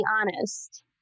honest